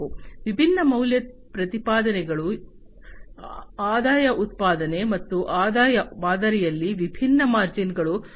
ವಿಭಿನ್ನ ಮೌಲ್ಯ ಪ್ರತಿಪಾದನೆಗಳು ಆದಾಯ ಉತ್ಪಾದನೆ ಮತ್ತು ಆ ಆದಾಯ ಮಾದರಿಯಲ್ಲಿ ವಿಭಿನ್ನ ಮಾರ್ಜಿನ್ ಗಳು ಯಾವುವು